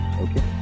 Okay